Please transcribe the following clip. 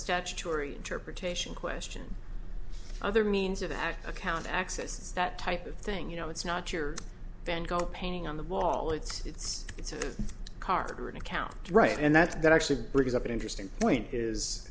statutory interpretation question other means of that account access that type of thing you know it's not your bengal painting on the wall it's it's it's a card or an account right and that's that actually brings up an interesting point is